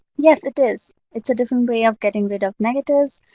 yes, it is. it's a different way of getting rid of negatives,